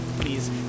Please